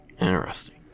Interesting